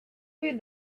with